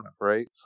right